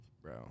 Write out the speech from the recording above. Bro